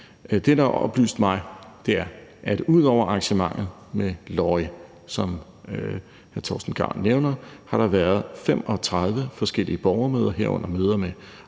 blevet oplyst mig, er, at der ud over arrangementet med TV 2/Lorry, som hr. Torsten Gejl nævner, har været 35 forskellige borgermøder, herunder møder med